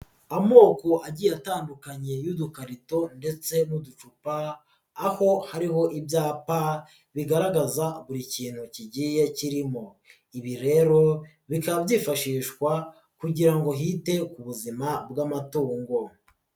Amoko agiye atandukanye y'udukarito ndetse n'uducupa, aho hariho ibyapa bigaragaza buri kintu kigiye kirimo. Ibi rero bikaba byifashishwa kugira ngo hite ku buzima bw'amatungo.